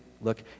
look